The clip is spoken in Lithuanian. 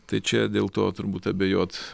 tai čia dėl to turbūt abejot